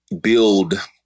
build